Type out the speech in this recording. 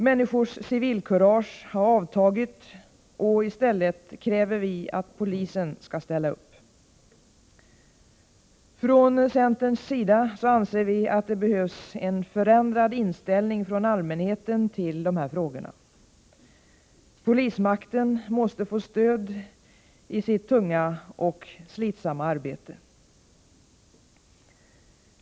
Människors civilkurage har avtagit, och i stället kräver vi att polisen skall ställa upp. Från centerns sida anser vi att det behövs en förändrad inställning från allmänheten till dessa frågor. Polismakten måste få stöd i sitt tunga och slitsamma arbete.